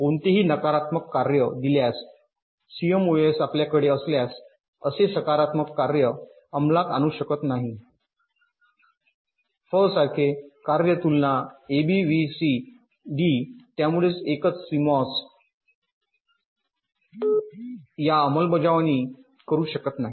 कोणतेही नकारात्मक कार्य दिल्यास सीएमओएस आपल्याकडे असल्यास असे सकारात्मक कार्य अंमलात आणू शकत नाही फ सारखे कार्य तुलना A B V C D त्यामुळे एकच CMOS करा या अंमलबजावणी करू शकत नाही